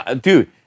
dude